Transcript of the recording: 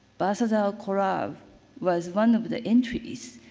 balthazar korab was one of the entries.